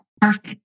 perfect